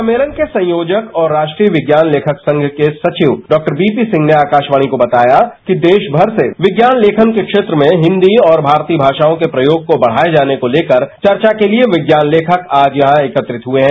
सम्मेलन के संयोजक और राष्ट्रीय विज्ञान लेखक संघ के सचिव डाक्टर वी पी सिंह ने आकाशवाणी को बताया कि देशभर से विज्ञान लेखन के क्षेत्र में हिन्दी और भारतीय भाषाओं के प्रयोग को बढ़ाए जाने को लेकर चर्चा के लिए विज्ञान लेखक आज यहां एकत्रित हुए हैं